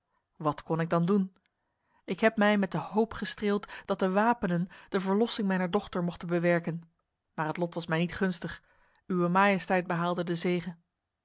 wat kon ik dan doen ik heb mij met de hoop gestreeld dat de wapenen de verlossing mijner dochter mochten bewerken maar het lot was mij niet gunstig uwe majesteit behaalde de zege